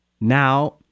Now